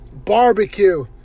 barbecue